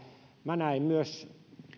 minä näen